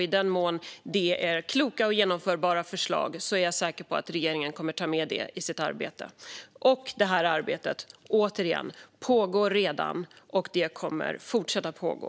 I den mån det är kloka och genomförbara förslag är jag säker på att regeringen kommer att ta med dem i sitt arbete. Återigen: Arbetet pågår redan, och det kommer att fortsätta att pågå.